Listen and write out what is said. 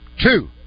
two